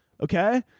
okay